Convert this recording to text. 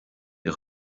dia